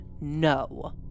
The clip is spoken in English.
no